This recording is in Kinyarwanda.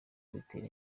bitera